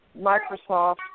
Microsoft